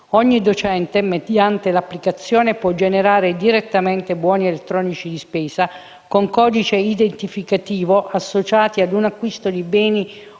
Ogni docente, mediante l'applicazione, può generare direttamente buoni elettronici di spesa con codice identificativo associati ad un acquisto di beni